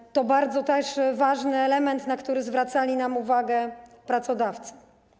To jest bardzo ważny element, na który zwracali nam uwagę pracodawcy.